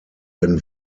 ihren